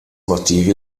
motivi